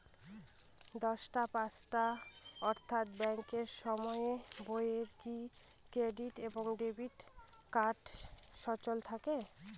দশটা পাঁচটা অর্থ্যাত ব্যাংকের সময়ের বাইরে কি ক্রেডিট এবং ডেবিট কার্ড সচল থাকে?